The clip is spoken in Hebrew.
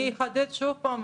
אני אחדד שוב פעם,